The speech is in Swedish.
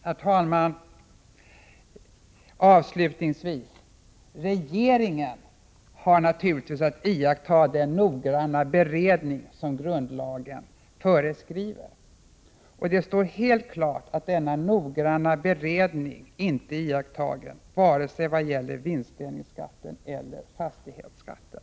Herr talman! Avslutningsvis vill jag säga att regeringen naturligtvis har att iaktta att den noggranna beredning som grundlagen föreskriver sker. Det står helt klart att denna noggranna beredning inte har blivit verklighet vare sig när det gäller vinstdelningsskatten eller när det gäller fastighetsskatten.